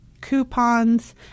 coupons